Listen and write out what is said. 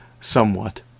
Somewhat